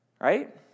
right